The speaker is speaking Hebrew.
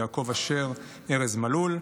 יעקב אשר וארז מלול,